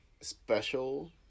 special